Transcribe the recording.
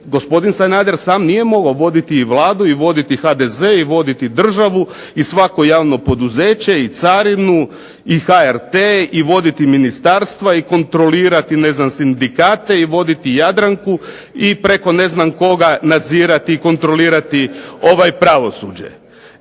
gospodin Sanader sam nije mogao voditi i Vladu i voditi HDZ i voditi državu i svako javno poduzeće i carinu i HRT i voditi ministarstva i kontrolirati ne znam sindikate i voditi Jadranku i preko ne znam koga nadzirati i kontrolirati pravosuđe.